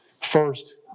first